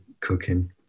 cooking